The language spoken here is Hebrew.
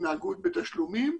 התנהגות בתשלומים,